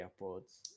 AirPods